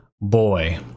boy